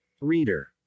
Reader